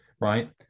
right